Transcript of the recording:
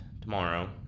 tomorrow